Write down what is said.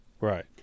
Right